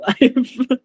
life